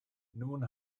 nun